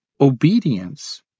obedience